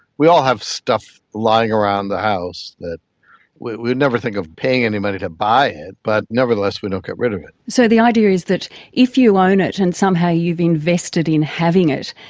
we all have stuff lying around the house that we'd never think of paying any money to buy it but nevertheless we don't get rid of it. so the idea is that if you own it and somehow you've invested in having it,